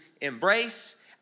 embrace